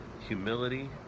humility